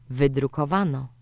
wydrukowano